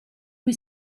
cui